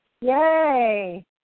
Yay